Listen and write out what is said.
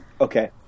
Okay